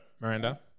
Miranda